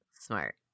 Smart